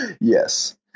yes